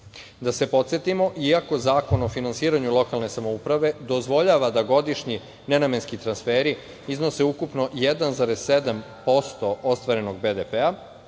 Da se podsetimo, iako Zakon o finansiranju lokalne samouprave dozvoljava da godišnji nenamenski transferi iznose ukupno 1,7% ostvarenog BDP-a,